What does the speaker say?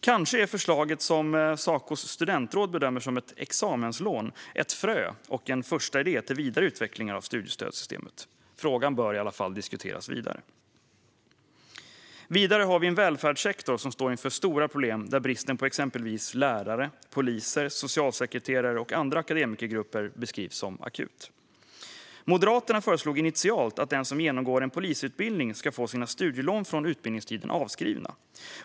Kanske är det förslag som Sacos studentråd bedömer vara ett examenslån ett frö och en första idé till vidare utveckling av studiestödssystemet. Frågan bör i alla fall diskuteras vidare. Vi har en välfärdssektor som står inför stora problem där bristen på exempelvis lärare, poliser, socialsekreterare och andra akademikergrupper beskrivs som akut. Moderaterna föreslog initialt att den som genomgår en polisutbildning ska få sina studielån från utbildningstiden avskrivna.